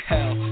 Hell